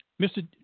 Mr